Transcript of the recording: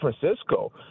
Francisco